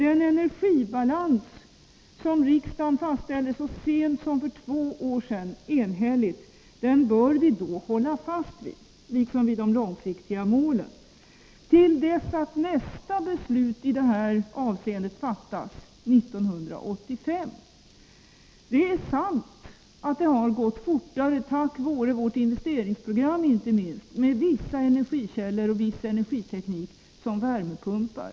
Den energibalans som riksdagen 24 oktober 1983 enhälligt fastställde så sent som för två år sedan bör vi hålla fast vid, liksom vid de långsiktiga målen, till dess att nästa beslut fattas 1985. Det är sant att det har gått fortare, inte minst tack vare vårt investeringsprogram, med vissa energikällor och viss energiteknik. Det gäller t.ex. värmepumpar.